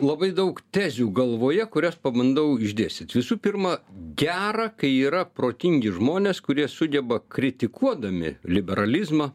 labai daug tezių galvoje kurias pabandau išdėstyt visų pirma gera kai yra protingi žmonės kurie sugeba kritikuodami liberalizmą